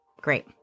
great